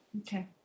Okay